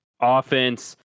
offense